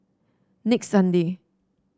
next Sunday